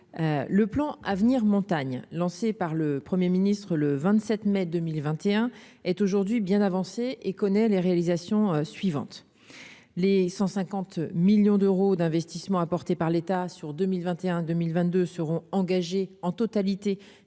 le plan à venir montagne lancé par le 1er ministre le 27 mai 2021 est aujourd'hui bien avancé et connaît les réalisations suivantes, les 150 millions d'euros d'investissements apportés par l'État sur 2021 2022 seront engagés en totalité